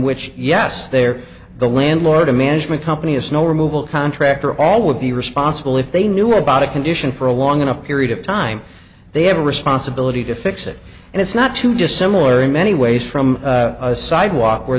which yes they are the landlord a management company a snow removal contractor all would be responsible if they knew about a condition for a long enough period of time they have a responsibility to fix it and it's not too dissimilar in many ways from a sidewalk where